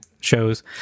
shows